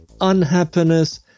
unhappiness